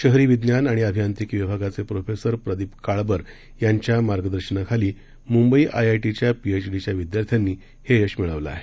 शहरी विज्ञान आणि अभियांत्रिकी विभागाचे प्रोफेसर प्रदीप काळबर यांच्या मार्गदर्शनाखाली मुंबई आयआयटीच्या पीएचडीच्या विद्यार्थ्यानी हे यश मिळवलं आहे